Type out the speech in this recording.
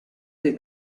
del